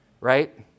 right